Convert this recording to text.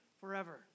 forever